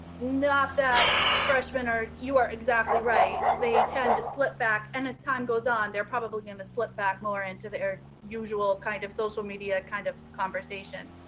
not that freshmen are you are exactly right. they tend to slip back and as time goes on, they're probably going to slip back more into the air usual kind of social media kind of conversation